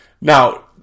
Now